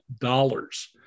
dollars